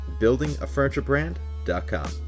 buildingafurniturebrand.com